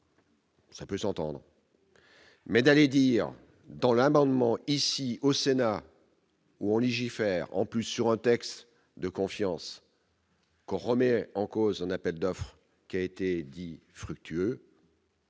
ça peut s'entendre, mais d'aller dire dans l'amendement ici au Sénat. Où on légifère en plus sur un texte de confiance. On remet en cause en appel d'offres qui a été dit fructueux.